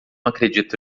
acredito